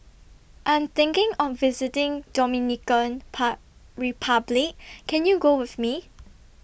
I'm thinking of visiting Dominican Republic Can YOU Go with Me